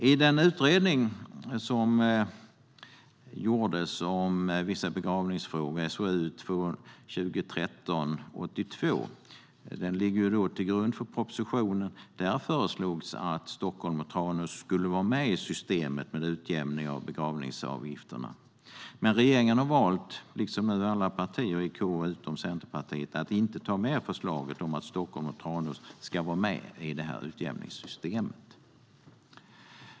I betänkandet av Utredningen om vissa begravningsfrågor, SOU 2013:82, som ligger till grund för propositionen, föreslogs att Stockholm och Tranås skulle vara med i systemet med utjämning av begravningsavgifterna. Men regeringen har, liksom nu alla partier i KU utom Centerpartiet, valt att inte ta med förslaget om att Stockholm och Tranås ska vara med i utjämningssystemet.